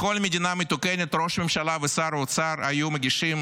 בכל מדינה מתוקנת ראש הממשלה ושר האוצר היו מגישים